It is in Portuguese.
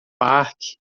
parque